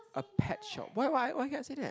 a pet shop why why why cannot say that